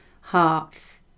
hearts